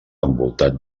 envoltat